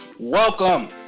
Welcome